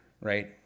right